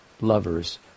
lovers